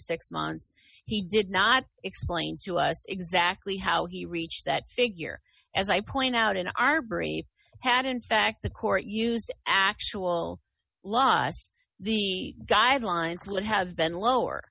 six months he did not explain to us exactly how he reached that figure as i point out in our brain had in fact the court used actual law the guidelines would have been lower